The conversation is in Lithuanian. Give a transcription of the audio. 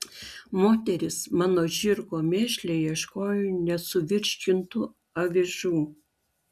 moterys mano žirgo mėšle ieškojo nesuvirškintų avižų